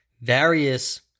various